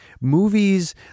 movies